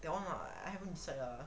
that one lah I haven't decide lah